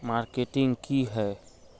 Marketing की है?